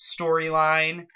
storyline